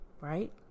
Right